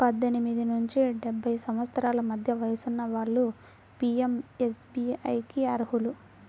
పద్దెనిమిది నుండి డెబ్బై సంవత్సరాల మధ్య వయసున్న వాళ్ళు పీయంఎస్బీఐకి అర్హులు